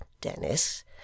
Dennis